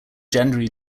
january